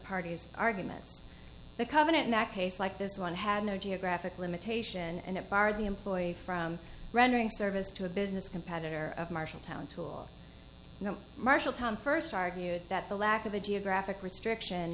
parties arguments the covenant in that case like this one had no geographic limitation and it barred the employee from rendering service to a business competitor of marshalltown tool marshalltown first argued that the lack of a geographic restriction